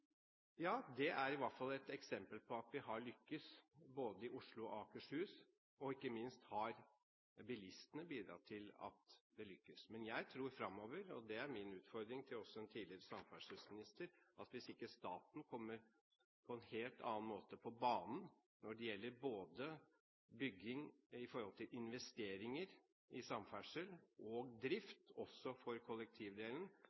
Det er i hvert fall et eksempel på at vi har lyktes i både Oslo og Akershus. Ikke minst har bilistene bidratt til at det lykkes. Men jeg tror, og det er min utfordring også til en tidligere samferdselsminister, at hvis ikke staten kommer på banen på en helt annen måte fremover når det gjelder både bygging og investeringer i samferdsel og